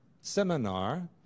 seminar